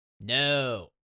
No